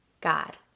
God